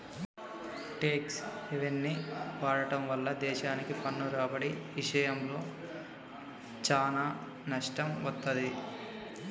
tax హెవెన్ని వాడటం వల్ల దేశాలకు పన్ను రాబడి ఇషయంలో చానా నష్టం వత్తది